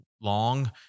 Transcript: long